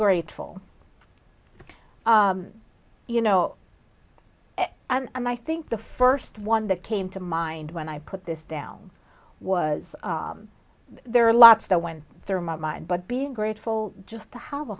grateful you know and i think the first one that came to mind when i put this down was there are lots that went through my mind but being grateful just to have a